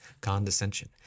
condescension